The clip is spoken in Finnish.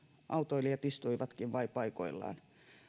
autoilijat istuivatkin vain paikoillaan